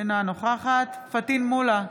אינה נוכחת פטין מולא,